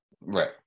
right